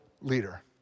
leader